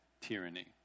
tyranny